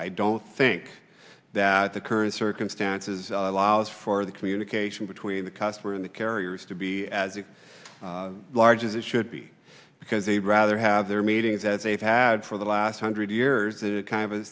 i don't think that the current circumstances allows for the communication between the customer in the carriers to be as large as it should be because a rather have their meetings that they've had for the last hundred years it kind of a